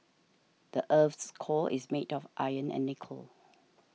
the earth's core is made of iron and nickel